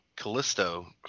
Callisto